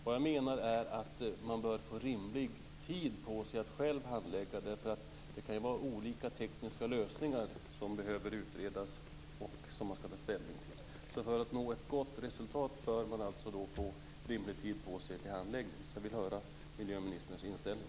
Vad jag menar är att man bör få rimlig tid på sig att själv handlägga det. Det kan ju vara olika tekniska lösningar som behöver utredas och som man ska ta ställning till. Så för att nå ett gott resultat bör man alltså få rimlig tid på sig för handläggning. Jag vill höra miljöministerns inställning.